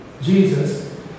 Jesus